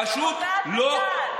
פשוט לא,